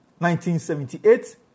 1978